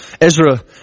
Ezra